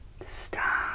Stop